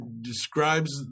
describes